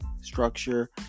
structure